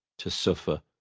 to suffer,